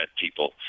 people